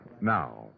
now